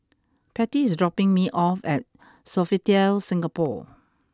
Pattie is dropping me off at Sofitel Singapore